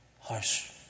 harsh